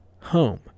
home